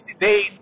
days